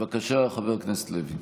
בבקשה, חבר הכנסת לוי.